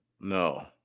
no